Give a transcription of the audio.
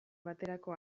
baterako